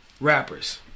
rappers